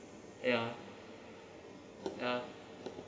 ya ya